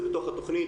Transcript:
זה בתוך התכנית.